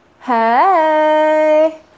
Hey